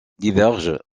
divergent